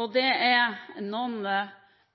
og det er noen